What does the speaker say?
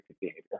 behavior